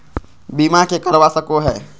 बीमा के करवा सको है?